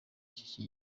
icyo